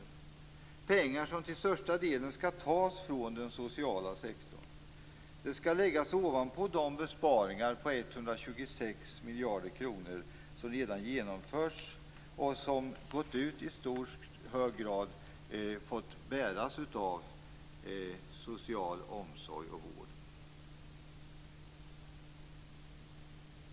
Det är pengar som till största delen skall tas från den sociala sektorn. Detta skall läggas ovanpå de besparingar på 126 miljarder kronor som redan har genomförts och som i hög grad fått bäras av social omsorg och vård.